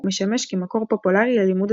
משמש כמקור פופולרי ללימוד התקופה,